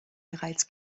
bereits